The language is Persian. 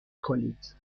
کنید